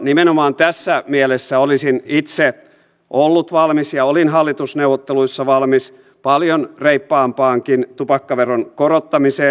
nimenomaan tässä mielessä olisin itse ollut valmis ja olin hallitusneuvotteluissa valmis paljon reippaampaankin tupakkaveron korottamiseen